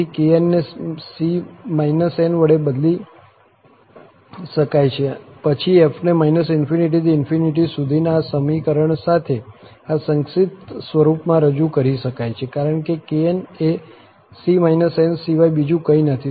તેથી kn ને c n વડે બદલી શકાય છે પછી f ને ∞ થી ∞ સુધીના આ સમીકરણ સાથે આ સંક્ષિપ્ત સ્વરૂપમાં રજૂ કરી શકાય છે કારણ કે kn એ c n સિવાય બીજું કંઈ નથી